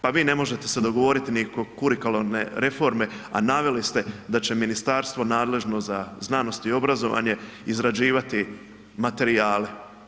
Pa vi se ne možete dogovoriti ni oko kurikularne reforme, a naveli ste da će ministarstvo nadležno za znanosti i obrazovanje izrađivati materijale.